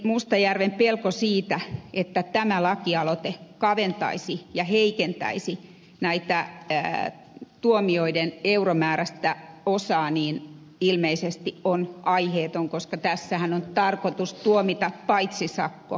mustajärven pelko siitä että tämä lakialoite kaventaisi ja heikentäisi tuomioiden euromääräistä osaa on ilmeisesti aiheeton koska tässähän on tarkoitus tuomita paitsi sakko myöskin vahingonkorvaus